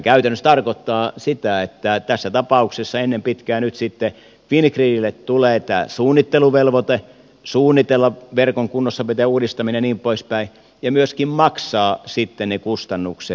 sehän käytännössä tarkoittaa sitä että tässä tapauksessa ennen pitkää nyt sitten fingridille tulee tämä suunnitteluvelvoite suunnitella verkon kunnossapito ja uudistaminen ja niin poispäin ja myöskin maksaa sitten ne kustannukset